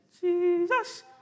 Jesus